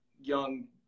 young